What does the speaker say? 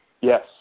Yes